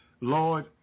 lord